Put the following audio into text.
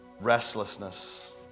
Restlessness